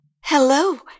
Hello